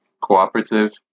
cooperative